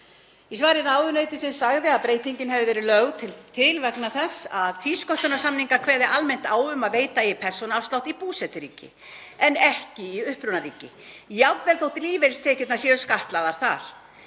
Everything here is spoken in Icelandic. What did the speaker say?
Í svari ráðuneytisins sagði að breytingin hefði verið lögð til vegna þess að tvísköttunarsamningar kveði almennt á um að veita eigi persónuafslátt í búseturíki en ekki í upprunaríki, jafnvel þótt lífeyristekjurnar séu skattlagðar þar.